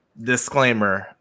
disclaimer